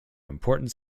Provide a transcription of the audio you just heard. important